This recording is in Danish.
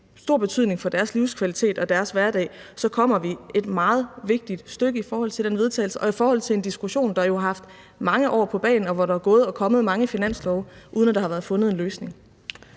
stor betydning for deres livskvalitet og deres hverdag, så kommer vi et meget vigtigt stykke ad vejen i forhold til den vedtagelsestekst og i forhold til en diskussion, der jo har haft mange år på bagen, og hvor der er gået og kommet mange finanslove, uden at der har været fundet en løsning.